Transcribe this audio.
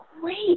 great